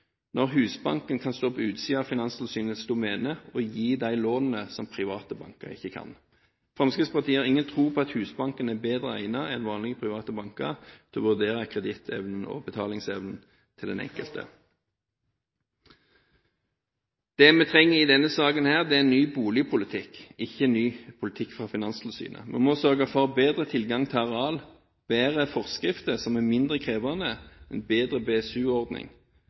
når Husbanken kan stå på utsiden av Finanstilsynets domene og gi de lånene som private banker ikke kan. Fremskrittspartiet har ingen tro på at Husbanken er bedre egnet enn vanlige, private banker til å vurdere kredittevnen og betalingsevnen til den enkelte. Det vi trenger i denne saken, er en ny boligpolitikk, ikke en ny politikk fra Finanstilsynet. Vi må sørge for bedre tilgang til areal, bedre forskrifter som er mindre krevende, og en bedre